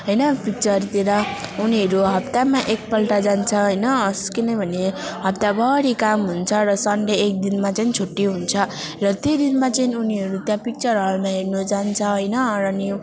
होइन पिक्चरतिर उनीहरू हप्तामा एकपल्ट जान्छ होइन हस् किनभने हप्ताभरि काम हुन्छ र सनडे एक दिनमा चाहिँ छुट्टी हुन्छ र त्यो दिनमा चाहिँ उनीहरू त्यहाँ पिक्चर हलमा हेर्नु जान्छ होइन र न्यू